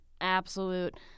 absolute